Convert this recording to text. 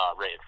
rave